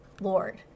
Lord